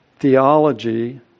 Theology